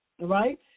right